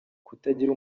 kutagira